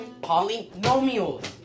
polynomials